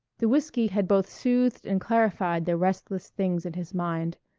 the whiskey had both soothed and clarified the restless things in his mind.